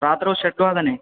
रात्रौ षड् वादने